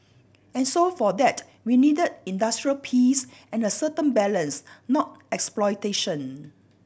and so for that we needed industrial peace and a certain balance not exploitation